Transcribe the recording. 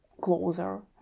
closer